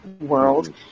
world